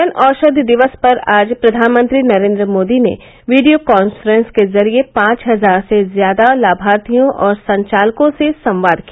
जन औषधि दिवस पर आज प्रधानमंत्री नरेन्द्र मोदी ने वीडियो काफ्रेंस के जरिये पांच हजार से ज्यादा लाभार्थियों और संचालकों से संवाद किया